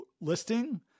listing